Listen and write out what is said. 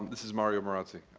um this is mario morazi.